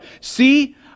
See